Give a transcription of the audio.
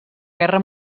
guerra